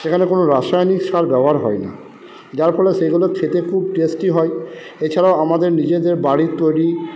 সেখানে কোনো রাসায়নিক সার ব্যবহার হয় না যার ফলে সেগুলো খেতে খুব টেস্টি হয় এছাড়াও আমাদের নিজেদের বাড়ির তৈরি